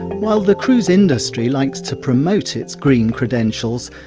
while the cruise industry likes to promote its green credentials,